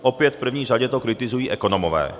Opět v první řadě to kritizují ekonomové.